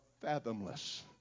fathomless